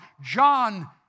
John